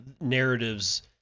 narratives